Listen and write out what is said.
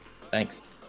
Thanks